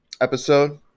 episode